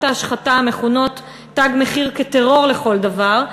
ההשחתה המכונות "תג מחיר" כטרור לכל דבר,